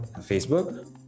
Facebook